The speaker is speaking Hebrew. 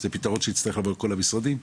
זה פתרון שיצטרך לבוא לכל המשרדים.